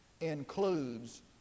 includes